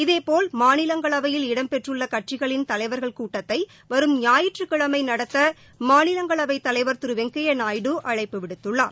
இதேபோல் மாநிலங்களவையில் இடம்பெற்றுள்ள கட்சிகளின் தலைவர்கள் கூட்டத்தை வரும் ஞாயிற்றுகிழமை நடத்த மாநிலங்களவைத் தலைவா் திரு வெங்கையா நாயுடு அழைப்பு விடுத்துள்ளார்